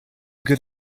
good